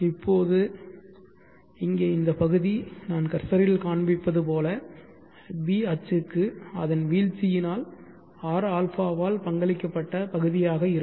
இப்போது இங்கே இந்த பகுதி நான் கர்சரில் காண்பிப்பது போல b அச்சுக்கு அதன் வீழ்ச்சியினால் rα ஆல் பங்களிக்கப்பட்ட பகுதியாக இருக்கும்